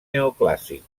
neoclàssic